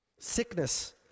Sickness